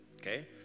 okay